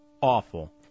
awful